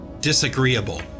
disagreeable